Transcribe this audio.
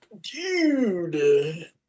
Dude